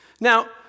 Now